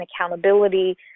accountability